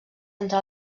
entre